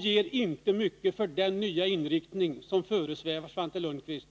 ger inte mycket för den nya inriktning som föresvävar Svante Lundkvist.